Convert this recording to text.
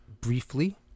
briefly